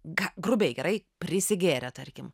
grubiai gerai prisigėrė tarkim